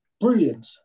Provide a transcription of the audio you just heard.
brilliant